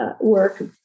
work